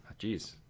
Jeez